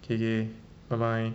K K bye bye